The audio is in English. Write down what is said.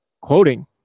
quoting